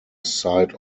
sight